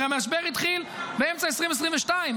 הרי המשבר התחיל באמצע 2022,